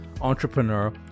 entrepreneur